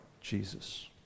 Jesus